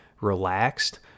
relaxed